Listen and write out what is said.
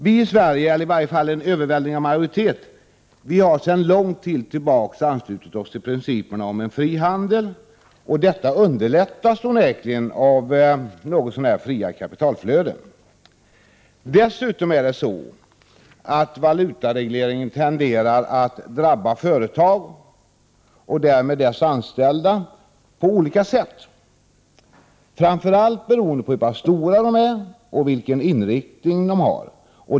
Vi i Sverige, i varje fall en överväldigande majoritet, har sedan lång tid tillbaka anslutit oss till principerna om en fri handel, och detta underlättas onekligen av något så när fria kapitalflöden. Dessutom är det så att valutaregleringen tenderar att drabba företag och därmed deras anställda på olika sätt, framför allt beroende på hur pass stora de är och vilken inriktning de har.